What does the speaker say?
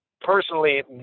personally